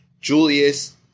Julius